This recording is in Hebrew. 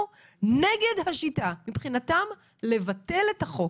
אנחנו נגד השיטה, מבחינתם לבטל את החוק.